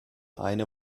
eine